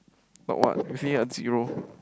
talk what you see ah zero